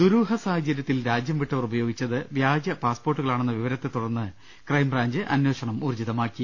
ദുരൂഹസാഹചര്യത്തിൽ രാജ്യം വിട്ടവർ ഉപയോഗിച്ചത് വ്യാജ പാസ്പോർട്ടുകളാണെന്ന വിവരത്തെ തുടർന്ന് ക്രൈംബ്രാഞ്ച് അന്വേ ഷണം ഊർജ്ജിതമാക്കി